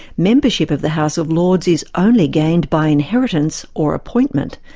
membership of the house of lords is only gained by inheritance or appointment,